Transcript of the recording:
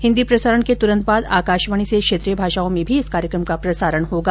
हिन्दी प्रसारण के तुरन्त बाद आकाशवाणी से क्षेत्रीय भाषाओं में भी इस कार्यक्रम का प्रसारण होगा